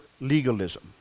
legalism